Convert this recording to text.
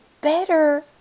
better